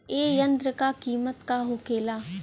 ए यंत्र का कीमत का होखेला?